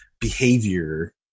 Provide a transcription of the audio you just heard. behavior